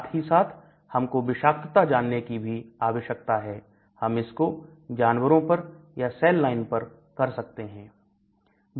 साथ ही साथ हमको विषाक्तता जानने की भी आवश्यकता है हम इसको जानवरों पर या सेल लाइन पर कर सकते हैं